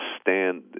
stand